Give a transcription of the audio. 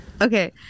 okay